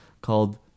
called